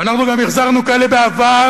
ואנחנו גם החזרנו כאלה בעבר,